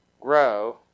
grow